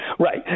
Right